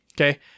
Okay